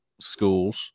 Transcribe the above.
schools